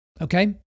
okay